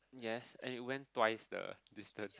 yes and it went twice the distance